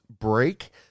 break